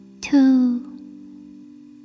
two